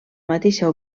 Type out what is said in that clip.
mateixa